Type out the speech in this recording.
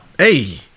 Hey